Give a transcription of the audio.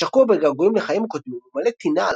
שקוע בגעגועים לחיים הקודמים ומלא טינה על